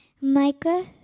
Micah